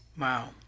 Wow